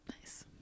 nice